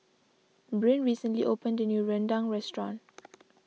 Bryn recently opened a new rendang restaurant